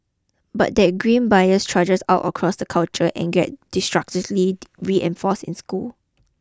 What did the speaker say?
but that grim bias trudges out across the culture and gets disastrously reinforced in schools